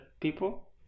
people